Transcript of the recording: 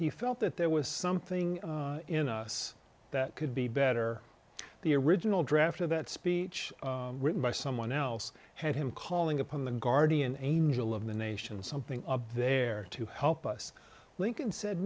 he felt that there was something in us that could be better the original draft of that speech written by someone else had him calling upon the guardian angel of the nation something there to help us lincoln said